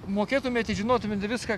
mokėtumėt ir žinotumėt viską